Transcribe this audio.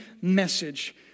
message